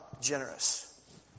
generous